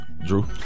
Drew